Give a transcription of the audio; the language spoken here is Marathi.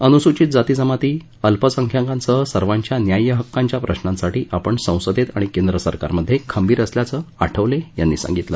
अनुसूचित जाती जमाती अल्पसंख्याकांसह सर्वाच्या न्याय्यहक्कांच्या प्रश्नांसाठी आपण संसदेत आणि केंद्र सरकारमध्ये खंबीर असल्याचं आठवले यांनी सांगितलं